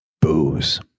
Booze